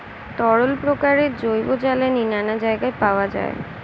তরল প্রকারের জৈব জ্বালানি নানা জায়গায় পাওয়া যায়